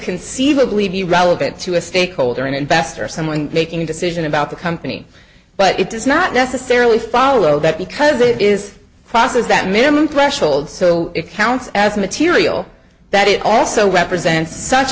conceivably be relevant to a stakeholder an investor or someone making a decision about the company but it does not necessarily follow that because it is a process that minimum threshold so it counts as material that it also represents such